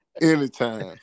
Anytime